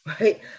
right